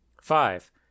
five